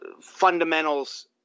fundamentals